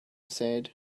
said